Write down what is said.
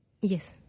Yes